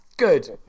good